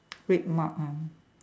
RedMart ah